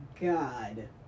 God